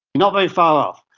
not very far off,